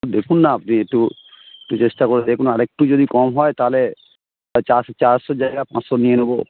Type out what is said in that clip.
দেখুন না আপনি একটু একটু চেষ্টা করে দেখুন আরেকটু যদি কম হয় তাহলে চারশো চারশো জায়গায় পাঁচশো নিয়ে নেব